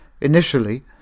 Initially